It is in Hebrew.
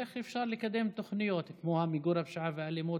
איך אפשר לקדם תוכניות כמו מיגור הפשיעה והאלימות,